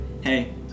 hey